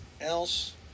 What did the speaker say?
else